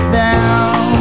down